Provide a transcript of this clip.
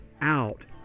out